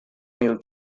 mil